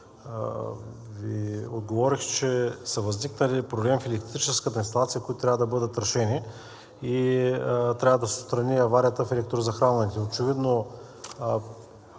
Ви казах, че са възникнали проблеми в електрическата инсталация, които трябва да бъдат решени, и трябва да се отстрани аварията в електрозахранването. Очевидно